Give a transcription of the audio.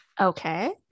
Okay